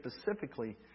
specifically